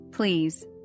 Please